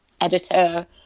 editor